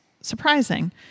surprising